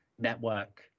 network